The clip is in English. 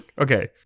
Okay